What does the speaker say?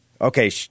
Okay